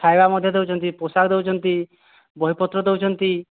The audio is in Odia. ଖାଇବା ମଧ୍ୟ ଦେଉଛନ୍ତି ପୋଷାକ ଦେଉଛନ୍ତି ବହି ପତ୍ର ଦେଉଛନ୍ତି